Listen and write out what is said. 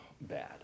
bad